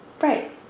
right